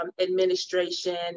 administration